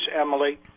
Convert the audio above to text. Emily